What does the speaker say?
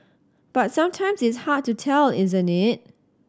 but sometimes it's hard to tell isn't it